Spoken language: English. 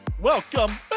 Welcome